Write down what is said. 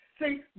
See